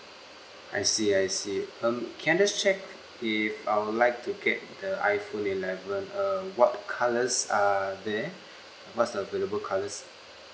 I see I see um can I just check if I would like to get the iphone eleven uh what colours are there what's the available colours